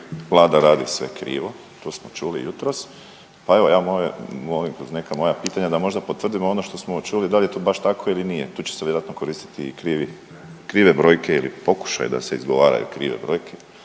Vlada radi sve krivo. To smo čuli jutros, pa evo ja molim kroz neka moja pitanja da možda potvrdimo ono što smo čuli da li je to baš tako ili nije. Tu će se vjerojatno koristiti i krive brojke ili pokušaji da se izgovaraju krive brojke,